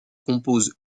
composent